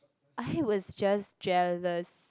I was just jealous